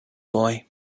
boy